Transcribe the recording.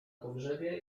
pogrzebie